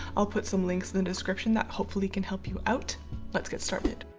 i'll put some links in the description that hopefully can help you out let's get started.